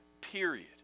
period